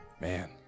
Man